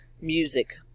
music